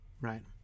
right